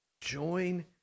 join